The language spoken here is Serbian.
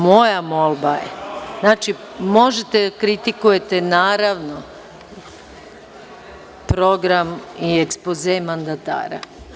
Moja molba je, znači, možete da kritikujete, naravno, program i ekspoze mandatara.